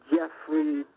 Jeffrey